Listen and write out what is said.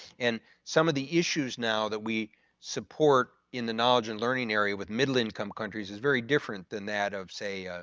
and some of the issues now that we support in the knowledge and learning area with middle income countries is very different than that of say,